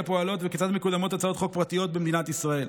פועלות וכיצד מקודמות הצעות חוק פרטיות במדינת ישראל,